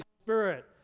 Spirit